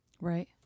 right